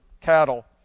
cattle